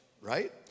right